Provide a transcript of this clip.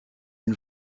une